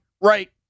right